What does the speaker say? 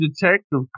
Detective